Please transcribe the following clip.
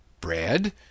Bread